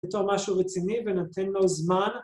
‫בתור משהו רציני ונותן לו זמן.